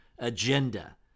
Agenda